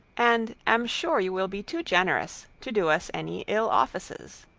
and am sure you will be too generous to do us any ill offices.